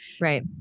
Right